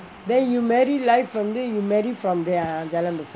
then your married life வந்து:vanthu you married from there jalan besar